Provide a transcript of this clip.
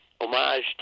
homage